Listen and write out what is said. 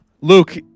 luke